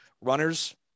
runners